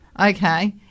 Okay